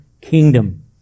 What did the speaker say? kingdom